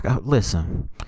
Listen